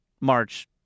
March